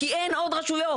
כי אין עוד רשויות.